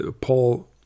Paul